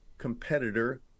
competitor